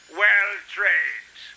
well-trained